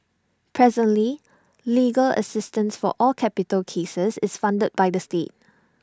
presently legal assistance for all capital cases is funded by the state